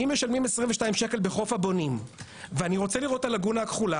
אם משלמים 22 שקל בחוף הבונים ואני רוצה לראות את הלגונה הכחולה,